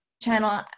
channel